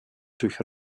durch